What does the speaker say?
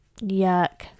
yuck